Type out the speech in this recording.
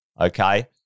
okay